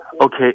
okay